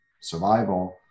survival